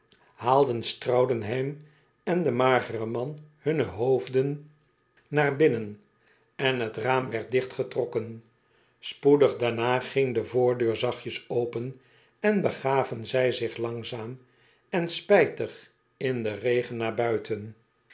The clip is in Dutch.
haalden straudenheim en de magere man hunne hoofden naar binnen en t raam werd dichtgetrokken spoedig daarna ging de voordeur zachtjes open en begaven zij zich langzaam en spijtig in den regen naar buiten